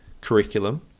curriculum